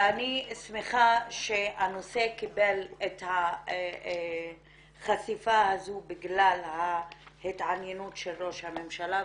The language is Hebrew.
ואני שמחה שהנושא קיבל את החשיפה הזו בגלל ההתעניינות של ראש הממשלה,